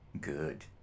Good